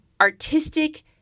artistic